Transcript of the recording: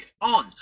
on